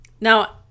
now